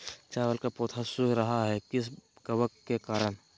चावल का पौधा सुख रहा है किस कबक के करण?